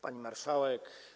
Pani Marszałek!